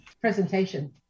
presentation